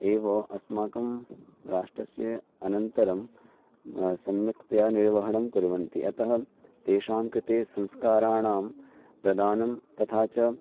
एव अस्माकं राष्ट्रस्य अनन्तरं सम्यक्तया निर्वहणं कुर्वन्ति अतः तेषां कृते संस्काराणां प्रदानं तथा च